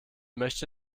möchte